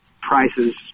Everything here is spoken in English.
prices